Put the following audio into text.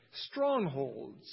Strongholds